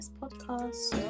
podcast